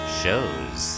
shows